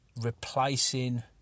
Replacing